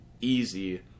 easy